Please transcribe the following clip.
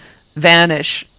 vanish!